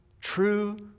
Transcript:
True